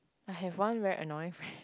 I have one very annoying friend